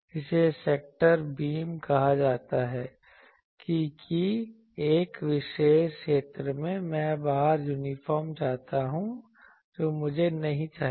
इसे sector beam कहा जाता है कि एक विशेष क्षेत्र में मैं बाहर यूनिफॉर्म चाहता हूं जो मुझे नहीं चाहिए